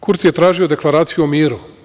Kurti je tražio deklaraciju o miru.